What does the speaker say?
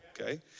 okay